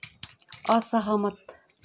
असहमत